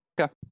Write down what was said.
Okay